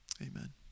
Amen